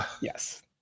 Yes